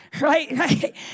right